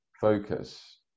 focus